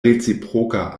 reciproka